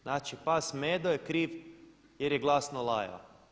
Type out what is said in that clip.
Znači „Pas Medo“ je kriv jer je glasno lajao.